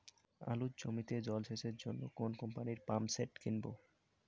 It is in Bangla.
আলুর জমিতে জল সেচের জন্য কোন কোম্পানির পাম্পসেট কিনব?